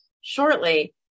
shortly